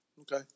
Okay